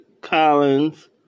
Collins